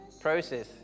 process